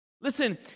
Listen